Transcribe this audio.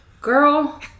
girl